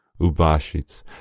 Ubashits